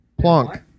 Plonk